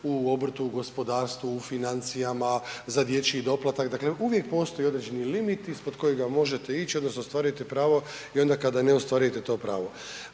u obrtu, u gospodarstvu, u financijama, za dječji doplatak, dakle uvijek postoje određene limiti ispod kojega možete ić odnosno ostvarujete pravo i onda kada ne ostvarujete to pravo.